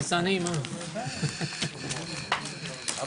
הישיבה ננעלה בשעה 12:30.